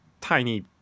tiny